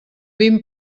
vint